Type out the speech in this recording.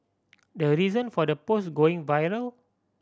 the reason for the post going viral